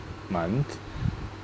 month